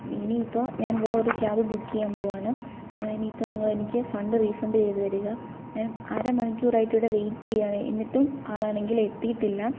ഇനി ഇപ്പോൾ ഞാൻ വേറൊരു ക്യാബ് ബുക്ക് ചെയ്യാൻ പോവാണ് ഇനിയിപ്പോൾ നിങ്ങളെനിക്ക് ഫണ്ട് റീഫണ്ട് ചെയ്ത് തരിക ഞാൻ അര മണിക്കൂറായിട്ട് ഇവിടെ വെയിറ്റ് ചെയ്യാണ് എന്നിട്ടും ആളാണെങ്കിലെത്തീട്ടില്ല